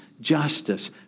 justice